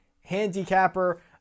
handicapper